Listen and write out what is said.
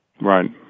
Right